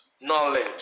Knowledge